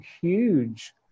huge